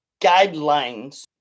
guidelines